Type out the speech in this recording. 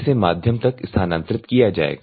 इसे माध्यम तक स्थानांतरित किया जाएगा